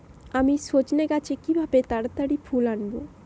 আমি সজনে গাছে কিভাবে তাড়াতাড়ি ফুল আনব?